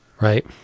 right